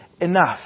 enough